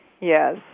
yes